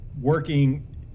working